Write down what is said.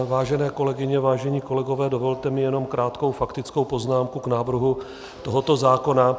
Vážené kolegyně, vážení kolegové, dovolte mi jenom krátkou faktickou poznámku k návrhu tohoto zákona.